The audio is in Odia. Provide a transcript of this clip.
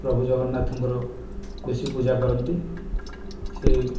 ପ୍ରଭୁ ଜଗନ୍ନାଥଙ୍କର ବେଶି ପୂଜା କରନ୍ତି ସେଇ